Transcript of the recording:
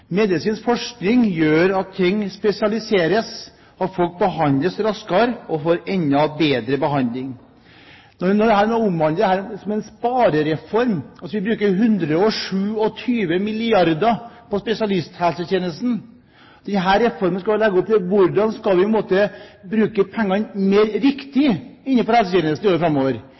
Medisinsk forskning gjør at ting spesialiseres, at folk behandles raskere og får enda bedre behandling. En omhandler dette som en sparereform, men vi bruker altså 127 milliarder kr på spesialisthelsetjenesten! Denne reformen skulle legge opp til hvordan vi kan bruke pengene mer riktig innenfor helsetjenesten i årene framover.